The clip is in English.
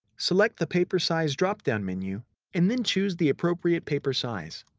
select the paper size drop-down menu and then choose the appropriate paper size.